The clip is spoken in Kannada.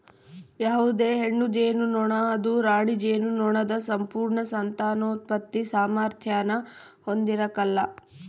ಯಾವುದೇ ಹೆಣ್ಣು ಜೇನುನೊಣ ಅದು ರಾಣಿ ಜೇನುನೊಣದ ಸಂಪೂರ್ಣ ಸಂತಾನೋತ್ಪತ್ತಿ ಸಾಮಾರ್ಥ್ಯಾನ ಹೊಂದಿರಕಲ್ಲ